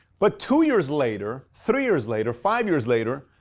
but two years later, three years later, five years later,